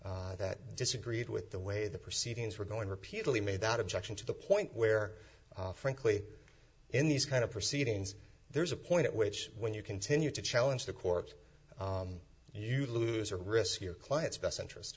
jury that disagreed with the way the proceedings were going repeatedly made that objection to the point where frankly in these kind of proceedings there's a point at which when you continue to challenge the court you lose or risk your client's best interest